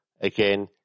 Again